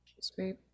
Sweet